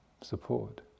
support